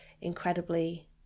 incredibly